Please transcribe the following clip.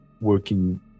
working